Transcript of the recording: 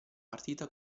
partita